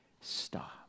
Stop